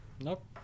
Nope